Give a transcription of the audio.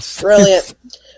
Brilliant